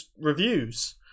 reviews